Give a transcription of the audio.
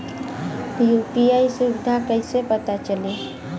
UPI सुबिधा कइसे पता चली?